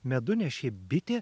medunešė bitė